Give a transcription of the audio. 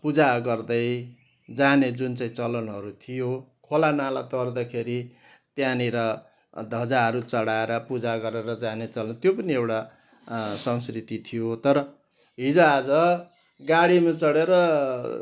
पुजा गर्दै जाने जुन चाहिँ चलनहरू थियो खोला नाला तर्दाखेरि त्यहाँनिर ध्वजाहरू चढाएर पुजा गरेर जाने चलन त्यो पनि एउटा संस्कृति थियो तर हिजआज गाडीमा चढेर